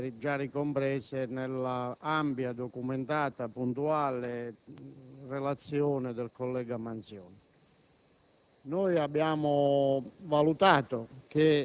che sono largamente ricomprese nell'ampia, documentata e puntuale relazione del collega Manzione.